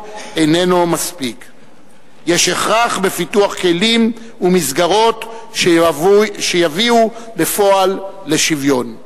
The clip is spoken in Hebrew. איננו מספיק.יש הכרח בפיתוח כלים ומסגרות שיביאו בפועל לשוויון.